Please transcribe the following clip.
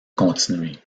continuer